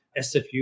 SFU